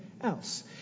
else